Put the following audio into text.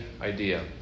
idea